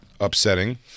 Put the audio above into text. upsetting